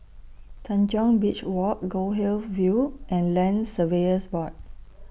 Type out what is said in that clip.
Tanjong Beach Walk Goldhill View and Land Surveyors Board